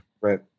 Right